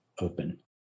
open